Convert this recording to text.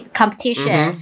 competition